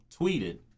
tweeted